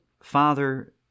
father